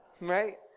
Right